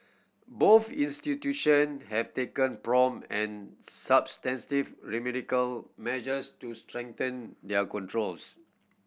both institution have taken prompt and substantive remedial measures to strengthen their controls